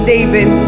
David